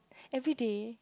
everyday